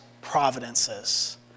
providences